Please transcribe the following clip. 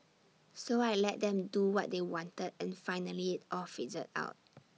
so I let them do what they wanted and finally IT all fizzled out